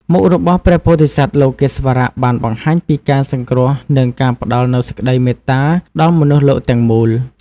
មុខរបស់ព្រះពោធិសត្វលោកេស្វរៈបានបង្ហាញពីការសង្គ្រោះ និងការផ្តល់នូវសេចក្តីមេត្តាដល់មនុស្សលោកទាំងមូល។